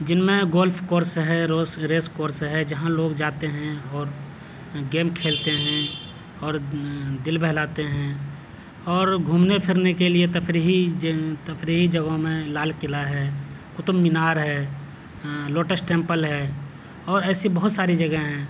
جن میں golf course ہے روس ریس کورس ہے جہاں لوگ جاتے ہیں اور گیم کھیلتے ہیں اور دل بہلاتے ہیں اور گھومنے پھرنے کے لیے تفریحی تفریحی جگہوں میں لال قلعہ ہے قطب مینار ہے لوٹس ٹیمپل ہے اور ایسی بہت ساری جگہیں ہیں